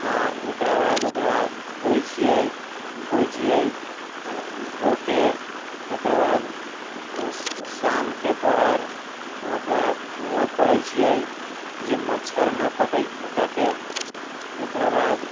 आओर एकरा बाद ओकरा धोइ छियै धोइ छियै धोके एकरा बाद शामके पहर ओकरा धुआँ करै छियै जे मच्छर नहि काटै काटै एकरा बाद